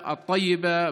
הערבית,